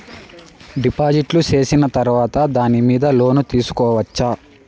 డిపాజిట్లు సేసిన తర్వాత దాని మీద లోను తీసుకోవచ్చా?